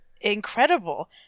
incredible